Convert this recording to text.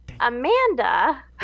Amanda